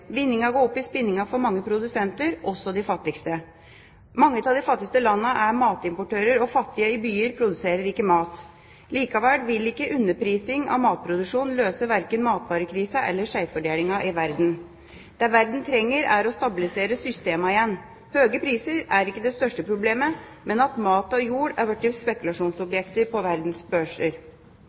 Vinninga går opp i spinninga for mange produsenter, også de fattigste. Mange av de fattigste landene er matimportører, og fattige i byer produserer ikke mat. Likevel vil ikke underprising av matproduksjon løse verken matvarekrisa eller skjevfordelingen i verden. Det verden trenger, er å stabilisere systemene igjen. Høye priser er ikke det største problemet, men at mat og jord er blitt spekulasjonsobjekter på verdens børser.